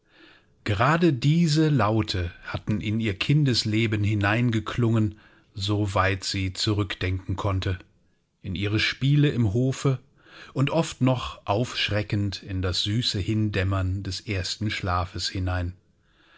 gerade diese laute hatten in ihr kindesleben hineingeklungen so weit sie zurückdenken konnte in ihre spiele im hofe und oft noch aufschreckend in das süße hindämmern des ersten schlafes hinein